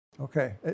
Okay